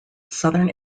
southern